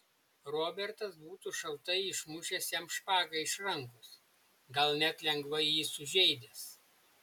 robertas būtų šaltai išmušęs jam špagą iš rankos gal net lengvai jį sužeidęs